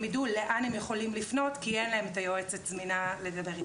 יידעו לאן הם יכולים לפנות כי אין להם את היועצת זמינה לדבר איתם.